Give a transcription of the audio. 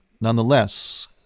nonetheless